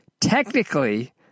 technically